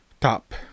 Top